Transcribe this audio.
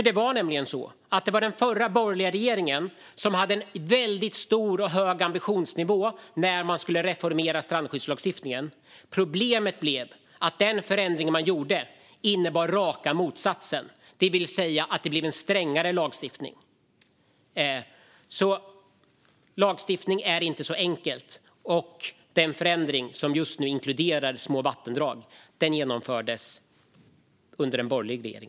Det var nämligen den förra borgerliga regeringen som hade en väldigt hög ambitionsnivå när man skulle reformera strandskyddslagstiftningen. Problemet blev att den förändring man gjorde innebar raka motsatsen, det vill säga att det blev en strängare lagstiftning. Lagstiftning är alltså inte så enkelt. Och den förändring som gjorde att små vattendrag just nu inkluderas genomfördes under en borgerlig regering.